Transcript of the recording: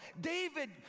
David